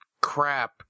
crap